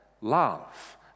love